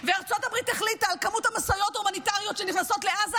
וארצות הברית החליטה על כמות המשאיות ההומניטריות שנכנסות לעזה,